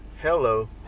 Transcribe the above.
Hello